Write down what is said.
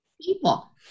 people